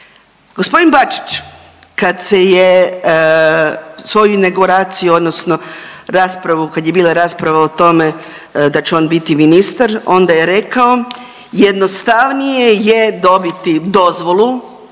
Gospodin Bačić kad se je svoju inauguraciju odnosno raspravu kad je bila rasprava da će on biti ministar onda je rekao jednostavnije je dobiti dozvolu